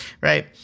right